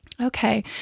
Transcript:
Okay